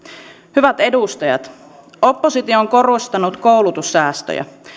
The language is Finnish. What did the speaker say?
hyvät edustajat oppositio on korostanut koulutussäästöjä